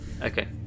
okay